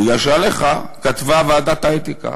בגלל שעליך כתבה ועדת האתיקה: